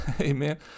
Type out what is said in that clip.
Amen